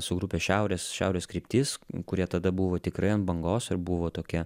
su grupe šiaurės šiaurės kryptis kurie tada buvo tikrai ant bangos ir buvo tokia